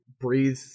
breathe